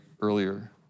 earlier